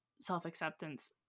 self-acceptance